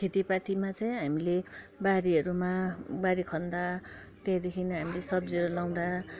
खेतीपातीमा चाहिँ हामीले बारीहरूमा बारी खन्दा त्यहाँदेखिन् हामीले सब्जिहरू लाउँदा